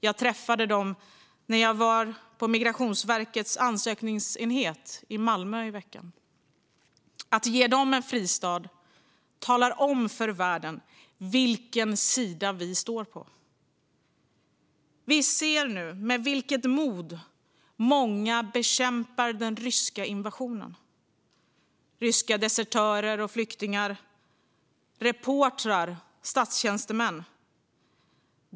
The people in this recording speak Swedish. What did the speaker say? Jag träffade dem när jag var på Migrationsverkets ansökningsenhet i Malmö i veckan. Att ge dem en fristad talar om för världen vilken sida vi står på. Vi ser nu med vilket mod många bekämpar den ryska invasionen - ryska desertörer, flyktingar, reportrar och statstjänstemän.